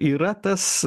yra tas